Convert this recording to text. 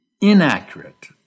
inaccurate